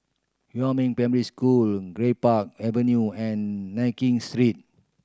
Huamin Primary School Greenpark Avenue and Nankin Street